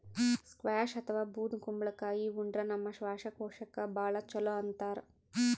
squash ಅಥವಾ ಬೂದ್ ಕುಂಬಳಕಾಯಿ ಉಂಡ್ರ ನಮ್ ಶ್ವಾಸಕೋಶಕ್ಕ್ ಭಾಳ್ ಛಲೋ ಅಂತಾರ್